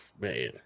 man